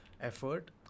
effort